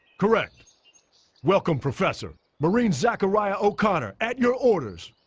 correct welcome professor marine, zakaria, o'connor at your orders.